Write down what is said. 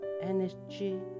energy